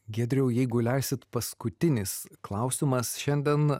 giedriau jeigu leisit paskutinis klausimas šiandien